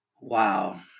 Wow